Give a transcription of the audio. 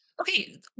Okay